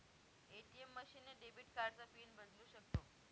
ATM machine ने debit कार्डचा pin बदलू शकतो